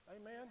Amen